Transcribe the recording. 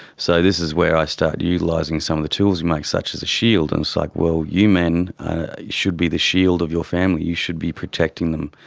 so this is where i start utilising some of the tools we make, such as a shield. and it's like, well, you men should be the shield of your family, you should be protecting them.